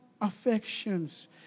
affections